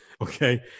Okay